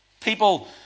People